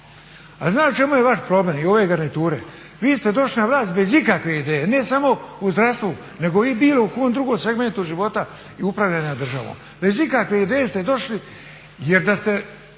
A znate u čemu je vaš problem i ove garniture? Vi ste došli na vlast bez ikakve ideje, ne samo u zdravstvu nego u bilo kojem drugom segmentu života i upravljanja državom. Bez ikakve ideje ste došli, jer da ste